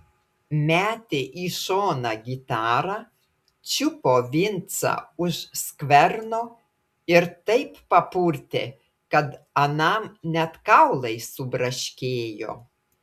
metė į šoną gitarą čiupo vincą už skverno ir taip papurtė kad anam net kaulai subraškėjo